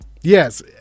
Yes